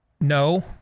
No